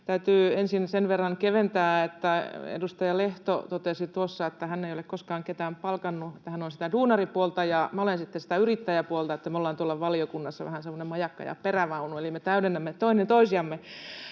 Täytyy ensin sen verran keventää, että kun edustaja Lehto totesi tuossa, että hän ei ole koskaan ketään palkannut, että hän on sitä duunaripuolta, niin minä olen sitten sitä yrittäjäpuolta, ja me ollaan tuolla valiokunnassa vähän semmoinen majakka ja perävaunu eli me täydennämme toinen toisiamme.